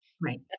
Right